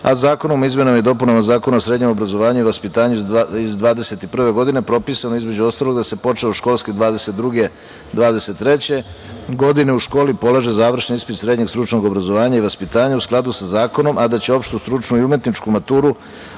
a zakonom o izmenama dopunama Zakona o srednjem obrazovanju iz 2021. godine propisano je između ostalog da se počne od školske 2022/2023. godine u školi polaže završni ispit srednjeg stručnog obrazovanja i vaspitanja u skladu sa zakonom, a da će opštu, stručnu i umetničku maturu